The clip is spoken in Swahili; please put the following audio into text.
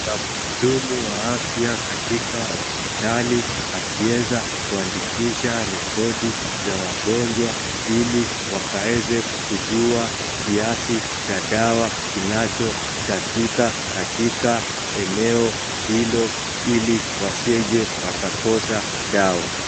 Kuna mhudumu wa afya katika hospitali akiweza kuandikisha rekodi za wagonjwa ili wakaeze kujua kiasi cha dawa kinachotakika katika eneo hilo ili wasije wakakosa dawa .